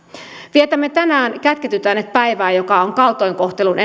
vietämme tänään kätketyt äänet päivää joka on kaltoinkohtelun